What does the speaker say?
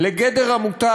לגדר המותר.